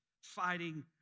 fighting